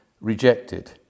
rejected